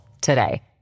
today